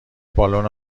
بالون